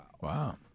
Wow